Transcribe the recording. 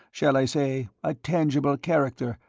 shall i say, a tangible character,